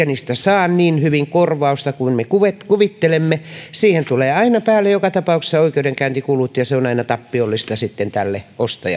niistä saa niin hyvin korvausta kuin me kuvittelemme siihen tulee aina päälle joka tapauksessa oikeudenkäyntikulut ja se on aina tappiollista sitten tälle